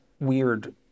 weird